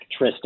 Trista